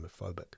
homophobic